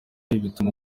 bituma